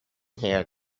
here